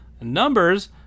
numbers